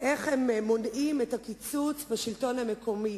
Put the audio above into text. איך הם מונעים את הקיצוץ בשלטון המקומי.